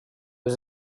was